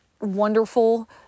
wonderful